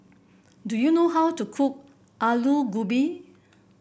do you know how to cook Alu Gobi